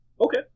Okay